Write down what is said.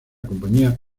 compañía